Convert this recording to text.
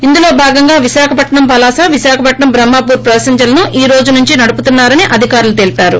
ఇందులో భాగంగా విశాఖపట్నం పలాస విశాఖపట్నం బ్రహ్మ పూర్ ప్యాసింజర్లను ఈ రోజు నుంచి నడుపుతున్నా రని అధికారులు తెలిపారు